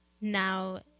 now